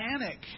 panic